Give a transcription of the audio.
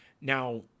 Now